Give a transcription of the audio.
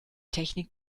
technik